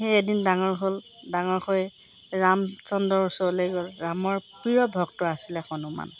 সেই এদিন ডাঙৰ হ'ল ডাঙৰ হৈ ৰামচন্দ্ৰৰ ওচৰলৈ গ'ল ৰামৰ প্ৰিয় ভক্ত আছিলে হনুমান